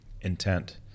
intent